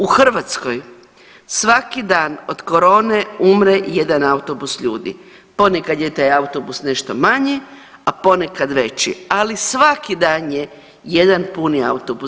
U Hrvatskoj svaki dan od korone umre jedan autobus ljudi, ponekad je taj autobus nešto manji, a ponekad veći, ali svaki dan je jedan puni autobus.